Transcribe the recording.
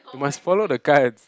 would you must follow the guides